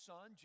Son